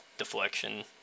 Deflection